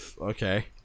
okay